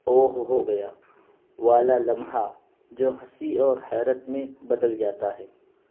او ہو گیا والا لمحہ جو ہنسی اور حیرت میں بدل جاتا ہے